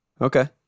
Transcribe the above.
Okay